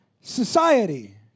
society